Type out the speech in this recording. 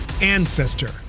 ancestor